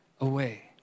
away